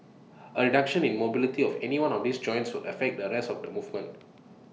A reduction in mobility of any one of these joints will affect the rest of the movement